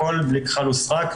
הכל בלי כחל וסרק,